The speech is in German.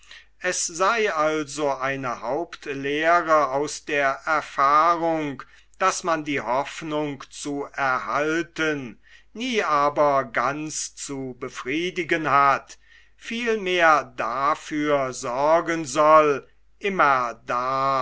es sei also eine hauptlehre aus der erfahrung daß man die hoffnung zu erhalten nie aber ganz zu befriedigen hat vielmehr dafür sorgen soll immerdar